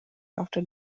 after